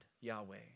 yahweh